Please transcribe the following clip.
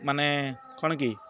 ମାନେ କ'ଣ କି